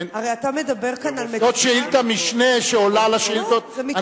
זאת שאילתת-משנה שעולה על השאילתות,